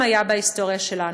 וכך היה גם בהיסטוריה שלנו.